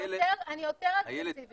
אני יותר אגרסיבית מזה.